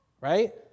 Right